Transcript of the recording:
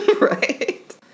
Right